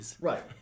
Right